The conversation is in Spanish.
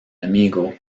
amigo